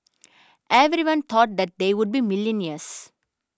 everyone thought they would be millionaires